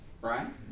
right